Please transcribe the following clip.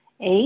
Eight